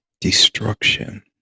destruction